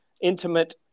intimate